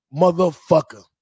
motherfucker